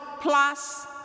plus